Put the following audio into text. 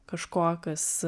kažko kas